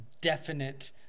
definite